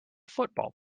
football